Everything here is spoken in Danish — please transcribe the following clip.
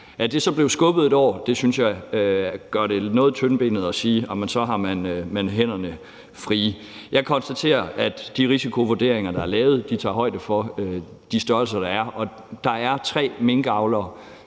At det så er blevet skubbet et år, synes jeg gør det noget tyndbenet at sige, at så har man hænderne frie. Jeg konstaterer, at de risikovurderinger, der er lavet, tager højde for de størrelser, der er, og der er tre minkavlere,